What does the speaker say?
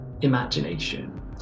imagination